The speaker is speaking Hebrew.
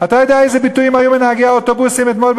אתה יודע איזה ביטויים אמרו נהגי האוטובוסים אתמול,